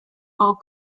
are